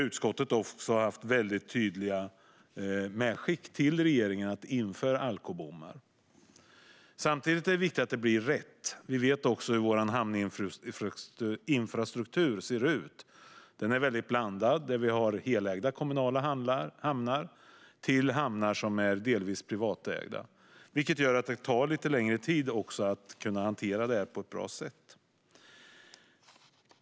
Utskottet har också gjort tydliga medskick till regeringen om att införa alkobommar. Samtidigt är det viktigt att det blir rätt. Vi vet hur vår hamninfrastruktur ser ut. Den är blandad. Vi har helägda kommunala hamnar och hamnar som är delvis privatägda, vilket gör att det tar lite längre tid att hantera det här på ett bra sätt.